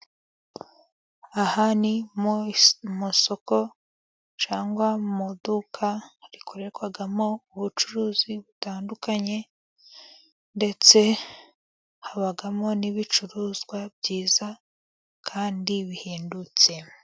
Aha ni mu masoko cyangwa mu iduka, rikorerwamo ubucuruzi butandukanye, ndetse habamo n'ibicuruzwa byiza kandi bihendutse.